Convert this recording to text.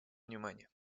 внимание